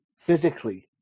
physically